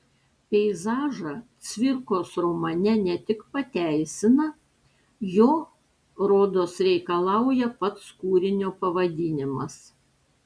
peizažą cvirkos romane ne tik pateisina jo rodos reikalauja pats kūrinio pavadinimas